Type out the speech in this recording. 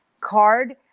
card